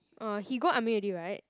orh he go army already [right]